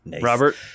robert